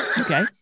Okay